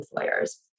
employers